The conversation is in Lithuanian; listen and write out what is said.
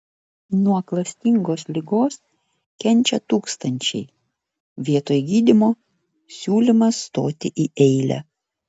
nuo klastingos ligos kenčia tūkstančiai vietoj gydymo siūlymas stoti į eilę